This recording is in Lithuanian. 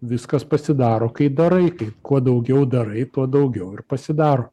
viskas pasidaro kai darai kai kuo daugiau darai tuo daugiau ir pasidaro